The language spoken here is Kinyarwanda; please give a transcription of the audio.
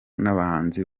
n’abahanzi